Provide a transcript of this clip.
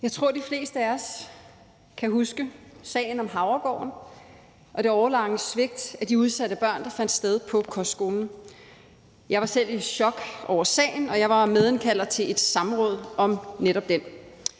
Jeg tror, de fleste af os kan huske sagen om Havregården og det årelange svigt af de udsatte børn, der fandt sted på kostskolen. Jeg var selv i chok over sagen, og jeg var medindkalder til et samråd om netop den,